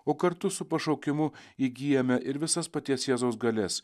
o kartu su pašaukimu įgyjame ir visas paties jėzaus galias